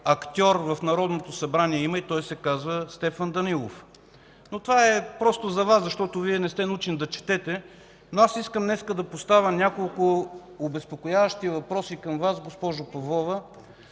актьор в Народното събрание има и той се казва Стефан Данаилов. Но това е просто за Вас, защото не сте научен да четете. Днес искам да поставя няколко обезпокояващи въпроса към Вас, госпожо Павлова.